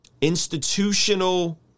institutional